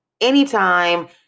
anytime